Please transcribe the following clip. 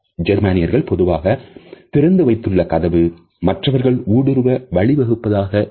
ஜெர்மானியர்கள் பொதுவாக திறந்து வைத்துள்ள கதவு மற்றவர்கள் ஊடுருவ வழிவகுப்பதாக கருதினர்